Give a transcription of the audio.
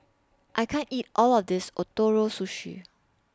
I can't eat All of This Ootoro Sushi